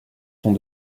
sont